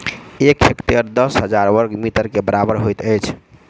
एक हेक्टेयर दस हजार बर्ग मीटर के बराबर होइत अछि